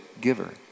giver